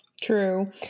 true